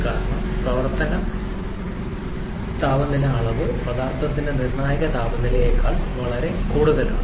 കാരണം പ്രവർത്തന താപനില അളവ് പദാർത്ഥത്തിന്റെ നിർണായക താപനിലയേക്കാൾ വളരെ കൂടുതലാണ്